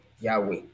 Yahweh